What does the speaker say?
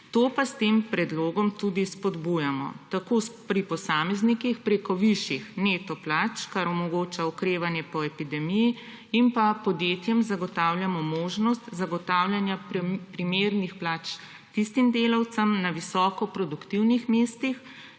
to pa s tem predlogom tudi spodbujamo pri posameznikih prek višjih neto plač, kar omogoča okrevanje po epidemiji, in pa podjetjem zagotavljamo možnost zagotavljanja primernih plač delavcem na visoko produktivnih mestih,